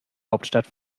hauptstadt